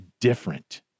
different